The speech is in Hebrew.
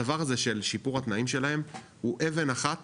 הדבר הזה של שיפור התנאים שלהם הוא אבן אחת